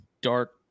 dark